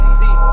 see